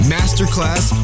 Masterclass